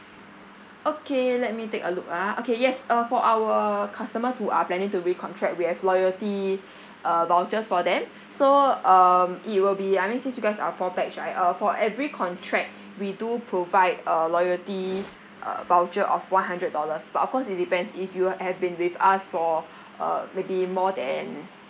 okay let me take a look ah okay yes uh for our customers who are planning to recontract we have loyalty uh vouchers for them so um it will be I mean since you guys are four pax right uh for every contract we do provide uh loyalty uh voucher of one hundred dollars but of course it depends if you have been with us for uh maybe more than